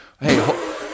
Hey